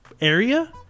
area